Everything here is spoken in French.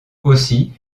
aussi